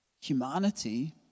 humanity